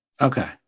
Okay